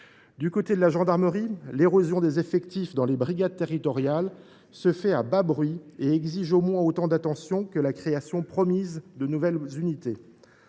Du côté de la gendarmerie, l’érosion des effectifs dans les brigades territoriales se fait à bas bruit et exige au moins autant d’attention que la création promise de nouvelles unités.